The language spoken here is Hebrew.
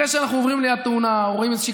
אחרי שאנחנו עוברים ליד תאונה או רואים איזושהי